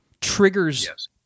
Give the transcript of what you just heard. triggers